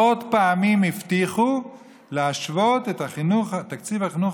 ועשרות פעמים הבטיחו להשוות את תקציב החינוך